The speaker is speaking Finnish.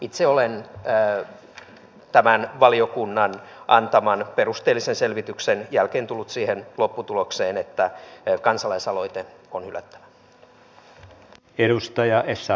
itse olen tämän valiokunnan antaman perusteellisen selvityksen jälkeen tullut siihen lopputulokseen että kansalaisaloite on hylättävä